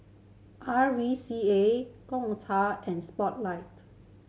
R V C A Gongcha and Spotlight